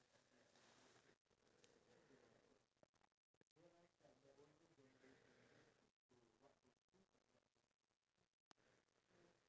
nowadays in singapore you know singapore is a um ageing population right majority of the population is um above the age of fifty